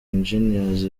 engineers